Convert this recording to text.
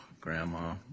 grandma